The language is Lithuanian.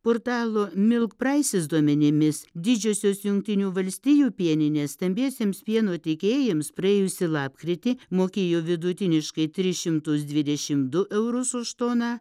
portalo milkprices duomenimis didžiosios jungtinių valstijų pieninės stambiesiems pieno tiekėjams praėjusį lapkritį mokėjo vidutiniškai tris šimtus dvidešim du eurus už toną